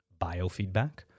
Biofeedback